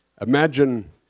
Imagine